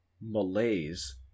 malaise